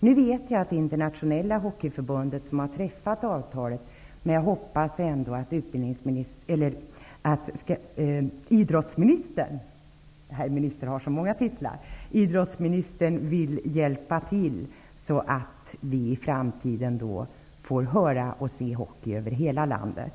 Jag vet att det är Internationella hockeyförbundet som har träffat avtalet, men jag hoppas ändå att idrottsministern vill hjälpa till så att vi i framtiden får höra och se hockey över hela landet.